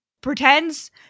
pretends